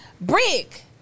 Brick